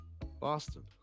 boston